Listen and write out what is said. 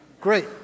Great